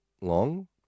long